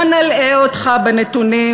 לא נלאה אותך בנתונים,